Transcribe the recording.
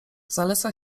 zaleca